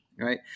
right